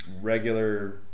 regular